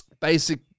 basic